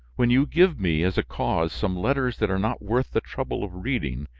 when you give me, as a cause, some letters that are not worth the trouble of reading,